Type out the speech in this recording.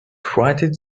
frightened